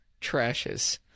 trashes